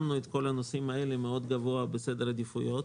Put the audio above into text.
שמנו את כל הנושאים האלה גבוה מאוד בסדר העדיפויות.